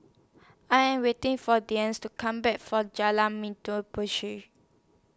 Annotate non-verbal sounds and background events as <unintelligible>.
I Am waiting For Dicie to Come Back For Jalan <unintelligible> push